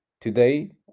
Today